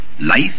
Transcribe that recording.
Life